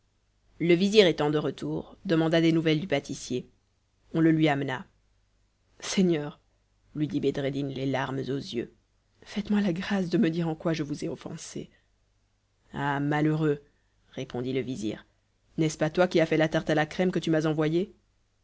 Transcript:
le vizir étant de retour demanda des nouvelles du pâtissier on le lui amena seigneur lui dit bedreddin les larmes aux yeux faites-moi la grâce de me dire en quoi je vous ai offensé ah malheureux répondit le vizir n'est-ce pas toi qui as fait la tarte à la crème que tu m'as envoyée